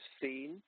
seen